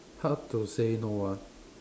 how to say no ah